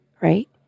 right